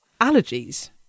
allergies